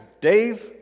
Dave